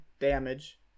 damage